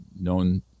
known